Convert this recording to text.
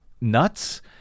nuts